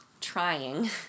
trying